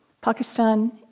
Pakistan